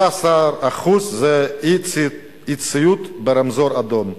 16% זה אי-ציות לרמזור אדום.